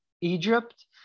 Egypt